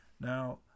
Now